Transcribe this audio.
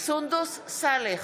סונדוס סאלח,